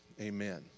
Amen